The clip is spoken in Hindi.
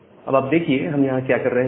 अब आप देखिए हम यहां क्या कर रहे हैं